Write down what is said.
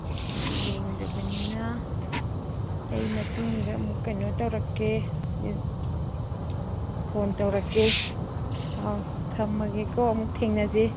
ꯂꯣꯏꯔꯕꯅꯤꯅ ꯑꯩ ꯃꯇꯨꯡꯗ ꯑꯃꯨꯛ ꯀꯩꯅꯣ ꯇꯧꯔꯛꯀꯦ ꯐꯣꯟ ꯇꯧꯔꯛꯀꯦ ꯑꯧ ꯊꯝꯃꯒꯦꯀꯣ ꯑꯃꯨꯛ ꯊꯦꯡꯅꯁꯤ